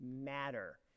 matter